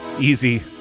easy